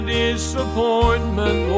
disappointment